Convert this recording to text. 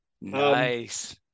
Nice